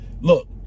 Look